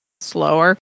slower